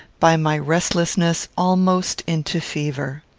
by my restlessness, almost into fever.